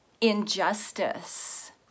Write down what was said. injustice